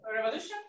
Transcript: revolution